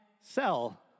sell